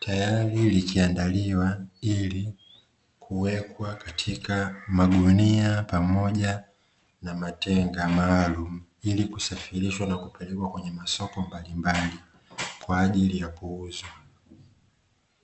tayari imechandaliwa ili iwekwe katika magunia pamoja na matenga maalum ili kusafirishwa na kupelekwa kwenye masoko mbalimbali kwa ajili ya kuuzwa.”